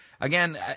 Again